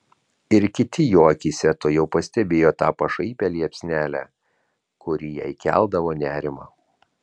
ir kiti jo akyse tuojau pastebėjo tą pašaipią liepsnelę kuri jai keldavo nerimą